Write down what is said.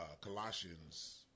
Colossians